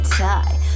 tie